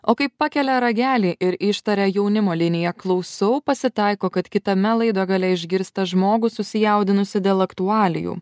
o kai pakelia ragelį ir ištaria jaunimo linija klausau pasitaiko kad kitame laido gale išgirsta žmogų susijaudinusį dėl aktualijų